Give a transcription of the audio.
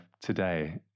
today